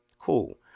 Cool